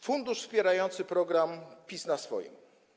Fundusz wspierający program PiS na swoim.